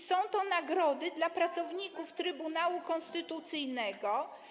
Są to nagrody dla pracowników Trybunału Konstytucyjnego.